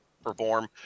perform